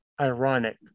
ironic